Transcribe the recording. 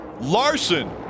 Larson